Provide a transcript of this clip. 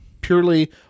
purely